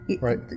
right